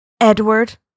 Edward